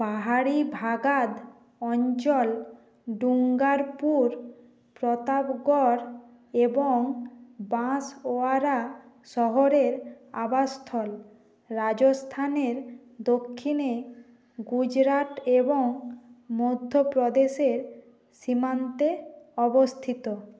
পাহাড়ি ভাগাদ অঞ্চল ডুঙ্গারপুর প্রতাপগড় এবং বাঁশওয়ারা শহরের আবাসস্থল রাজস্থানের দক্ষিণে গুজরাট এবং মধ্যপ্রদেশের সীমান্তে অবস্থিত